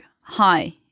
hi